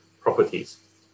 properties